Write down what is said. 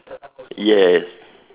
yes